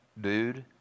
dude